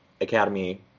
Academy